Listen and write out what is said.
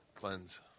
Cleanse